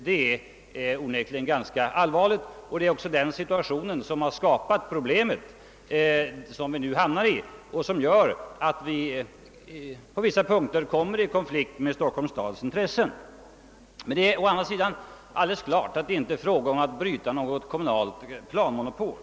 Det är onekligen ganska allvarligt, och det är den situationen som har skapat det problem som vi nu hamnat i och som gör att vi på vissa punkter kommer i konflikt med Stockholms stads intressen. Det är å andra sidan helt klart att det inte är fråga om att bryta något kommunalt planmonopol.